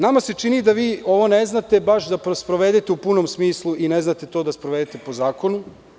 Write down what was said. Nama se čini da vi ovo ne znate baš da sprovedete u punom smislu i ne znate to da sprovedete po zakonu.